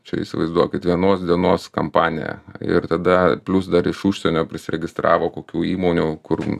čia įsivaizduokit vienos dienos kampanija ir tada plius dar iš užsienio prisiregistravo kokių įmonių kur